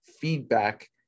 feedback